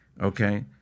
Okay